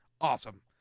awesome